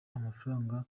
amafaranga